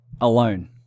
alone